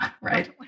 Right